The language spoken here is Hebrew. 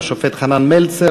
השופט חנן מלצר,